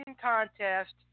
Contest